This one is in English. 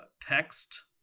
text